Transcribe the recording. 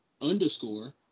Underscore